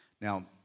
Now